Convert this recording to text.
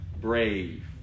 Brave